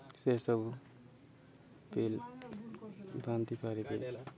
ସେ ସବୁ ବିଲ୍ ବାନ୍ଧିପାରିବି